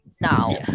now